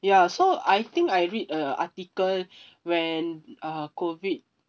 ya so I think I read a article when uh COVID